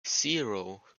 zero